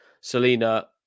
Selena